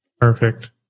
perfect